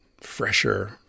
fresher